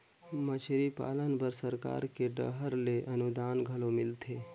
मछरी पालन बर सरकार के डहर ले अनुदान घलो मिलथे